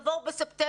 של תבואו בספטמבר.